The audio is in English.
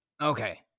Okay